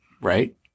Right